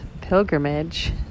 pilgrimage